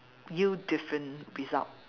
yield different result